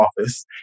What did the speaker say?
office